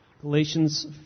Galatians